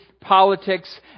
politics